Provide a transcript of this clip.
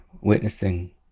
witnessing